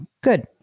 good